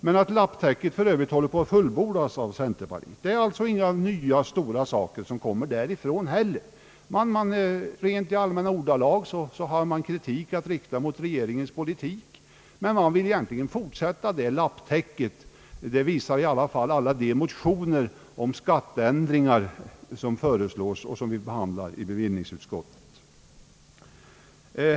Men i övrigt håller lapptäcket på att fullbordas av centerpartiet; det är inga nya, stora saker, som kommer därifrån heller. Man kritiserar regeringens politik i allmänna ordalag, men ändå vill man fortsätta på lapptäcket, det visar alla de motioner om skatteändringar som vi behandlar i bevillningsutskottet.